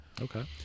Okay